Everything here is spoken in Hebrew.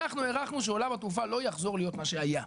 אנחנו הערכנו שעולם התעופה לא יחזור להיות מה שהיה,